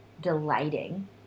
delighting